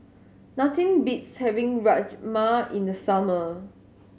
nothing beats having Rajma in the summer